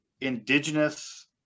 indigenous